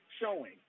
showing